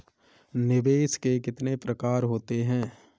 निवेश के कितने प्रकार होते हैं?